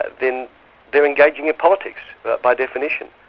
then they're engaging in politics but by definition.